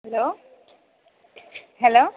hello hello